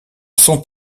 sont